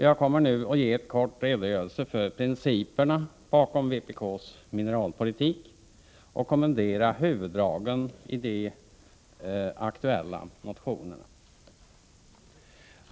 Jag kommer nu att ge en kort redogörelse för principerna bakom vpk:s mineralpolitik och kommentera huvuddragen i de aktuella motionerna.